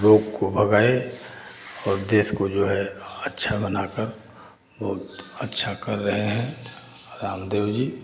रोग को भगाएँ और देश को जो है अच्छा बनाकर वो अच्छा कर रहे हैं रामदेव जी